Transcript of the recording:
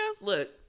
Look